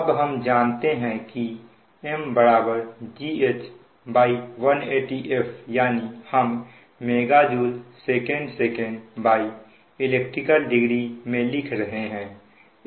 अब हम जानते हैं की M GH180fयानी हम MJ sec elect degree में लिख रहे हैं